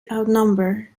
outnumbered